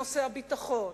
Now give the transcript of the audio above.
נושא הביטחון,